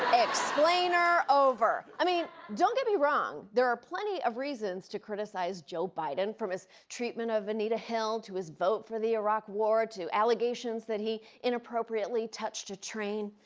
explainer over. i mean, don't get me wrong there are plenty of reasons to criticize joe biden, from his treatment of anita hill, to his vote for the iraq war, to allegations that he inappropriately touched a train.